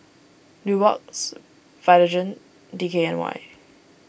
Nubox Vitagen D K N Y